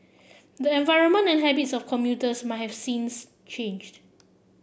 the environment and habits of commuters might have since changed